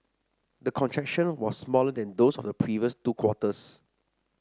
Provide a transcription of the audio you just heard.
the contraction was smaller than those of the previous two quarters